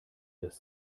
das